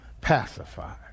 pacified